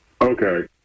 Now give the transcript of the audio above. okay